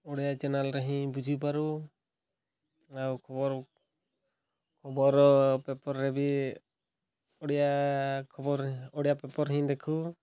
ଓଡ଼ିଆ ଚ୍ୟାନେଲରେ ହିଁ ବୁଝିପାରୁ ଆଉ ଖବର ଖବର ପେପରରେ ବି ଓଡ଼ିଆ ଖବର ଓଡ଼ିଆ ପେପର ହିଁ ଦେଖୁ